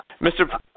Mr